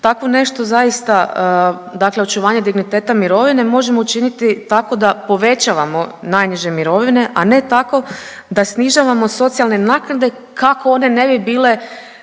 takvo nešto zaista, dakle očuvanje digniteta mirovine možemo učiniti tako da povećavamo najniže mirovine, a ne tako da snižavamo socijalne naknade kako one ne bi bile